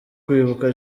kwibuka